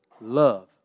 love